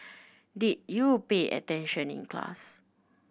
did you pay attention in class